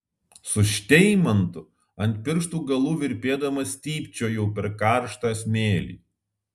su šteimantu ant pirštų galų virpėdama stypčiojau per karštą smėlį